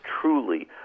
truly